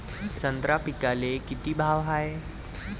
संत्रा पिकाले किती भाव हाये?